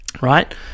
right